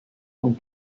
one